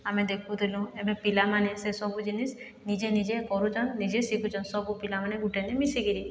ଆମେ ଦେଖୁଥିଲୁ ଏବେ ପିଲାମାନେ ସେସବୁ ଜିନିଷ୍ ନିଜେ ନିଜେ କରୁଛନ୍ ନିଜେ ଶିଖୁଛନ୍ ସବୁ ପିଲାମାନେ ଗୁଟେ ମିଶିକିରି